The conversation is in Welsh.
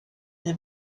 neu